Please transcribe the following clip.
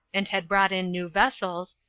and had brought in new vessels,